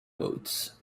boots